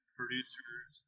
producers